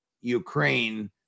Ukraine